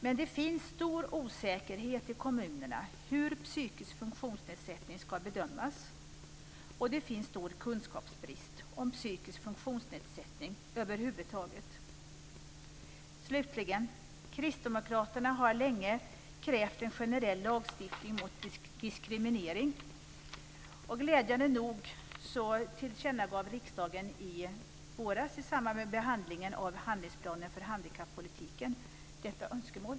Men det finns stor osäkerhet i kommunerna om hur psykisk funktionsnedsättning ska bedömas, och det finns stor kunskapsbrist när det gäller psykisk funktionsnedsättning över huvud taget. Slutligen vill jag säga att kristdemokraterna länge har krävt en generell lagstiftning mot diskriminering. Glädjande nog tillkännagav riksdagen i våras i samband med behandlingen av handlingsplanen för handikappolitiken detta önskemål.